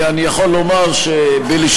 אני יכול לומר שבלשכתי,